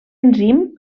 enzim